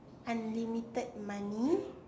unlimited money